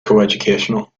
coeducational